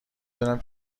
دونم